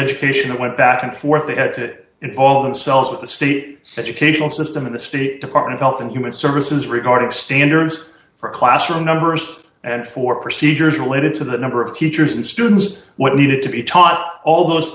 education and went back and forth to edit it all themselves with the state educational system in the state department health and human services regarding standards for classroom nurse and for procedures related to the number of teachers and students what needed to be taught all those